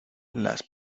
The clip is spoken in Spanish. las